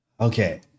Okay